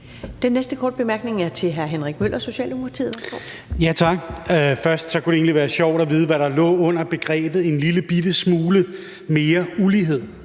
Den næste korte bemærkning er fra hr. Henrik Møller, Socialdemokratiet. Værsgo. Kl. 14:38 Henrik Møller (S): Tak. Først kunne det egentlig være sjovt at vide, hvad der lå i begrebet en lillebitte smule mere ulighed,